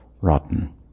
rotten